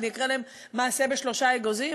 אני אקרא להם את "מעשה בשלושה אגוזים"?